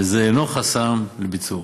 וזה אינו חסם לביצוע.